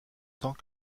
tant